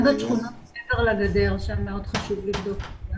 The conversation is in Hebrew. המצב הזה מאוד מטריד.